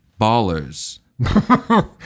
Ballers